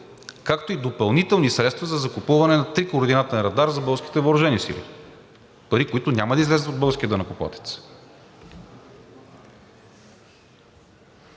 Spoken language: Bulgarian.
както и допълнителни средства за закупуване на трикоординатен радар за българските въоръжени сили – пари, които няма да излязат от българския данъкоплатец.